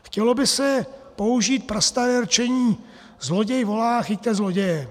Chtělo by se použít prastaré rčení: Zloděj volá: chyťte zloděje!